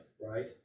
right